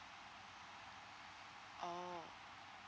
oh